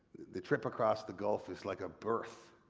the trip across the gulf is like a birth.